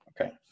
okay